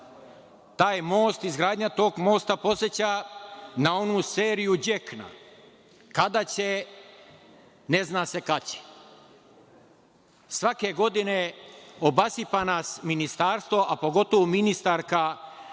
Sada. Izgradnja tog mosta podseća na onu seriju „Đekna“ - kada će, ne zna se kad će. Svake godine obasipa nas ministarstvo, a pogotovu ministarka